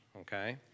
okay